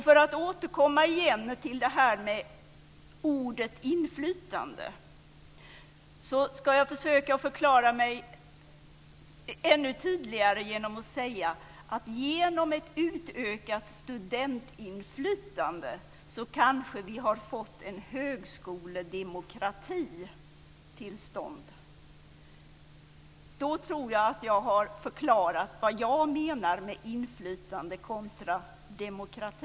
För att återigen återkomma till ordet "inflytande" ska jag försöka förklara mig ännu tydligare genom att säga att vi genom ett utökat studentinflytande kanske har fått till stånd en högskoledemokrati. Jag tror att jag därmed har förklarat vad jag menar med inflytande kontra demokrati.